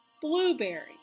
Blueberry